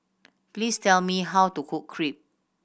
please tell me how to cook Crepe